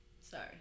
Sorry